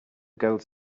girls